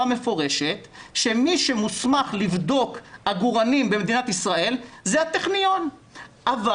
מפורשת שמי שמוסמך לבדוק עגורנים במדינת ישראל זה הטכניון אבל